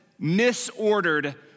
misordered